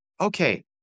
okay